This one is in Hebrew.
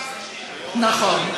נכון.